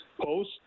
post